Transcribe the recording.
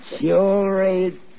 Jewelry